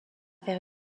faire